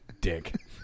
Dick